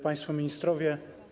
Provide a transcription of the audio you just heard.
Państwo Ministrowie!